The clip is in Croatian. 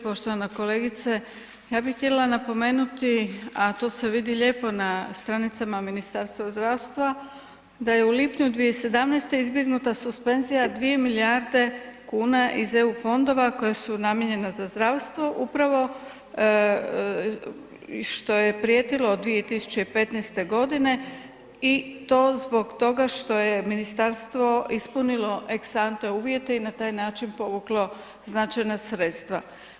Poštovana kolegice, ja bih htjela napomenuti a to se vidi lijepo na stranicama Ministarstva zdravstva da je u lipnju 2017. izbjegnuta suspenzija 2 milijarde kuna iz eu fondova koja su namijenjena za zdravstvo upravo što je prijetilo 2015. godine i to zbog toga što je ministarstvo ispunilo ex ante uvjete i na taj način povuklo značajna sredstva.